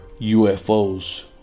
UFOs